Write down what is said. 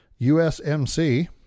USMC